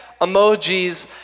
emojis